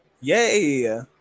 Yay